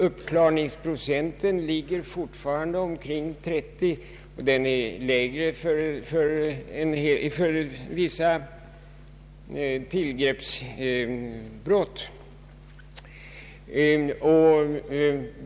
Uppklarningsprocenten ligger fortfarande omkring 30. Den är ännu lägre för vissa tillgreppsbrott.